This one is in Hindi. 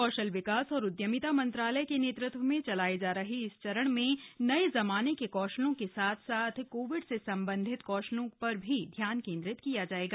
कौशल विकास और उद्यमिता मंत्रालय के नेतृत्व में चलाए जा रहे इस चरण में नए ज़माने के कौशलों के साथ साथ कोविड से संबंधित कौशलों पर भी ध्यान केंद्रित किया जाएगा